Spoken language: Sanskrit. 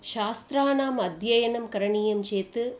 शास्त्राणाम् अध्ययनं करणीयं चेत्